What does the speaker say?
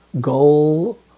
goal